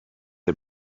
der